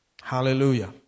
Hallelujah